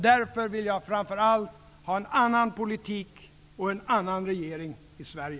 Därför vill jag framför allt ha en annan politik och en annan regering i Sverige!